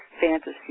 fantasy